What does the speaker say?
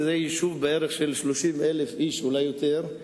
שזה יישוב של בערך 30,000 איש ואולי יותר.